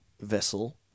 vessel